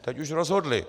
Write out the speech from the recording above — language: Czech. Teď už rozhodli.